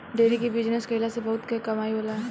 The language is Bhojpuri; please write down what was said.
डेरी के बिजनस कईला से बहुते कमाई होला